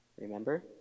Remember